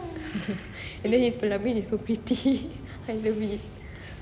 and then his pelamin is so pretty I love it